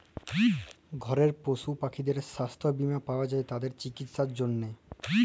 ঘরের পশু পাখিদের ছাস্থ বীমা পাওয়া যায় তাদের চিকিসার জনহে